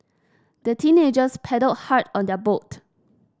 the teenagers paddled hard on their boat